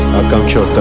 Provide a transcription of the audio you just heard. akansha